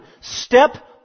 Step